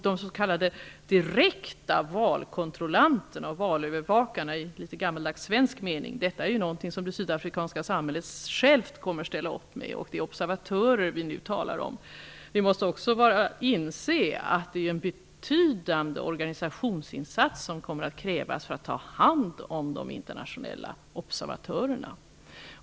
De s.k. direkta valkontrollanterna och valövervakarna i litet gammaldags svensk mening är något som det sydafrikanska samhället självt kommer att ställa upp med. Det vi nu talar om är observatörer. Vi måste också inse att det är en betydande organisationsinsats som kommer att krävas för att ta hand om de internationella observatörerna.